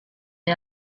the